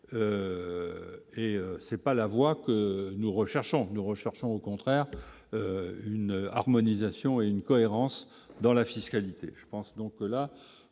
et c'est pas la voie que nous recherchons, nous recherchons au contraire une harmonisation et une cohérence dans la fiscalité, je pense, donc là,